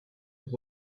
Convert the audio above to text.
pour